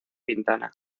quintana